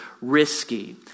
risky